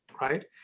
right